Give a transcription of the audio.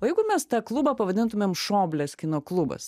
o jeigu mes tą klubą pavadintumėm šoblės kino klubas